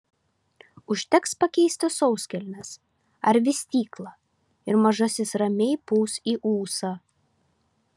užteks pakeisti sauskelnes ar vystyklą ir mažasis ramiai pūs į ūsą